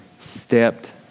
stepped